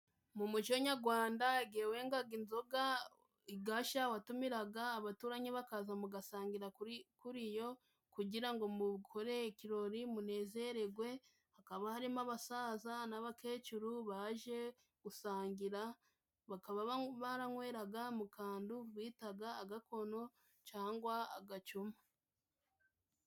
Mu muco nyagwanda, igihe wengaga inzoga igashya, watumiraga abaturanyi bakaza mugasangira kuri kuri yo kugira ngo mukore ikirori, munezeregwe, hakaba harimo abasaza n'abakecuru baje gusangira, bakaba baranyweraga mu kantu bitaga agakono, cangwa agacuma.